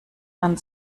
man